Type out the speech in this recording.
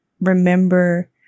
remember